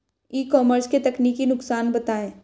ई commerce के तकनीकी नुकसान बताएं?